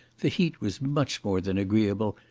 the heat was much more than agreeable,